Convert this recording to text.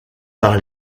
par